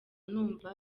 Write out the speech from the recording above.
numva